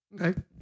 Okay